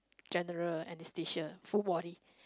general anesthesia full body